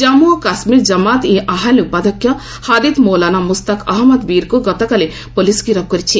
ଜାନ୍ପୁ ଓ କାଶ୍ମୀର ଜମାଇତ୍ ଇ ଆହାଲେ ଉପାଧ୍ୟକ୍ଷ ହାଦିତ୍ ମୌଲାନା ମୁସ୍ତାକ ଅହନ୍ମଦ ବିରିକୁ ଗତକାଲି ପୁଲିସ୍ ଗିରଫ କରିଛି